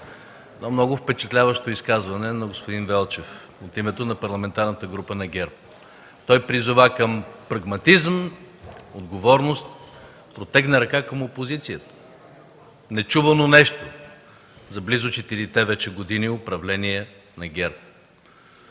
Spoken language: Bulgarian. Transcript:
много впечатляващо изказване на господин Велчев от името на Парламентарната група на ГЕРБ. Той призова към прагматизъм, отговорност, протегна ръка към опозицията – нечувано нещо за близо четирите вече години управление на ГЕРБ.